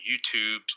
YouTube